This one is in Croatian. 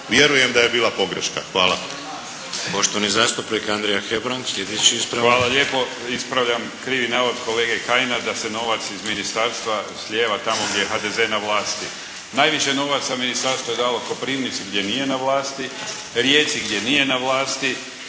Vjerujem da je bila pogreška, hvala. **Šeks, Vladimir (HDZ)** Poštovani zastupnik Andrija Hebrang, sljedeći ispravak. **Hebrang, Andrija (HDZ)** Hvala lijepo. Ispravljam krivi navod kolege Kajina da se novac iz Ministarstva slijeva tamo gdje je HDZ na vlasti, najviše novaca Ministarstvo je dalo Koprivnici gdje nije na vlasti, Rijeci gdje nije na vlasti,